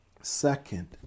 second